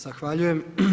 Zahvaljujem.